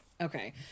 Okay